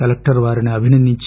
collector వారిని అభినందించి